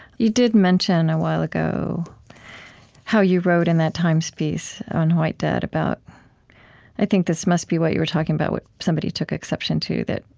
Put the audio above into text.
you did mention a while ago how you wrote in that times piece on white debt about i think this must be what you were talking about somebody took exception to that,